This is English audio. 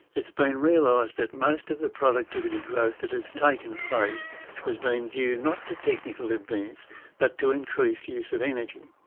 it's been realized that most of the productivity growth that has taken place has been due not to technical advance but to increased use of energy.